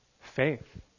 faith